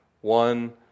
One